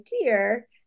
dear